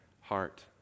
heart